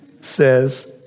says